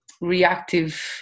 reactive